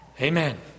Amen